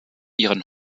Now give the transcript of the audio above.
ihren